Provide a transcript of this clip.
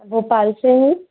भोपाल से हूँ